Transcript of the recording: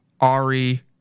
Ari